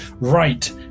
Right